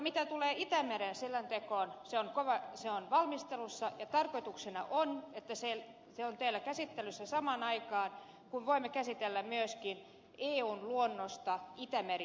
mitä tulee liittää ne sitä tee vaan se itämeri selontekoon se on valmistelussa ja tarkoituksena on että se on täällä käsittelyssä samaan aikaan kuin voimme käsitellä myöskin eun luonnosta itämeri strategiasta